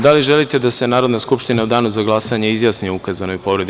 Da li želite da se Narodna skupština u danu za glasanje izjasni o ukazanoj povredi?